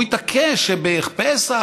הוא התעקש שבפסח,